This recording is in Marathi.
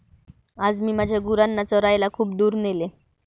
आज मी माझ्या गुरांना चरायला खूप दूर नेले